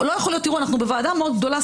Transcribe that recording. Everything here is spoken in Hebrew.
אנחנו בוועדה מאוד גדולה,